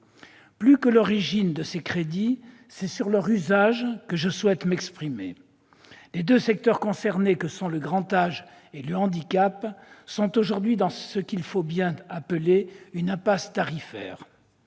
Plus que sur l'origine de ces crédits, c'est sur leur usage que je souhaite m'exprimer. Les deux secteurs concernés, le grand âge et le handicap, sont aujourd'hui dans ce qu'il faut bien appeler une impasse tarifaire.